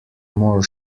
more